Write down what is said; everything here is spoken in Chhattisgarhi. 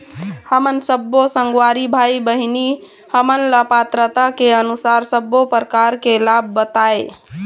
हमन सब्बो संगवारी भाई बहिनी हमन ला पात्रता के अनुसार सब्बो प्रकार के लाभ बताए?